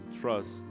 trust